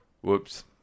Whoops